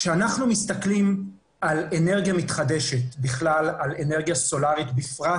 כשאנחנו מסתכלים על אנרגיה מתחדשת בכלל ואנרגיה סולרית בפרט